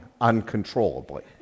uncontrollably